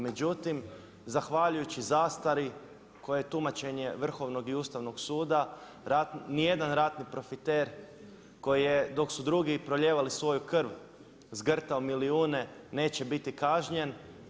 Međutim, zahvaljujući zastari koja je tumačenje Vrhovnog i Ustavnog suda, ni jedan ratni profiter koji je dok su drugi prolijevali svoju krv zgrtao milijune neće biti kažnjen.